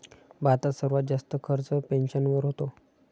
भारतात सर्वात जास्त खर्च पेन्शनवर होतो